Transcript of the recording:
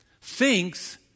thinks